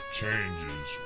changes